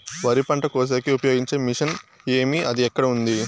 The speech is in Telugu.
వరి పంట కోసేకి ఉపయోగించే మిషన్ ఏమి అది ఎక్కడ ఉంది?